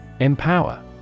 Empower